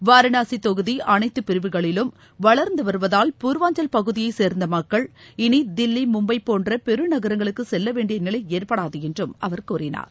வாரனாசி தொகுதி அனைத்து பிரிவுகளிலும் வளர்ந்து வருவதால் பூர்வாஞ்சல் பகுதியை சேர்ந்த மக்கள் இனி தில்லி மும்பை போன்ற பெரு நகரங்களுக்கு செல்ல வேண்டிய நிலை ஏற்படாது என்றும் அவர் கூறினார்